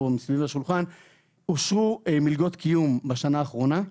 סביב השולחן אושרו מלגות קיום בשנה האחרונה.